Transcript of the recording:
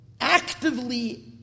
actively